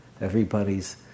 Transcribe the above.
Everybody's